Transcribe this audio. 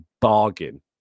bargain